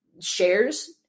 shares